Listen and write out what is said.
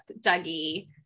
Dougie